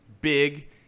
big